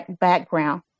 background